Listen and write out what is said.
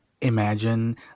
imagine